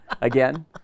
again